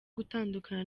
gutandukana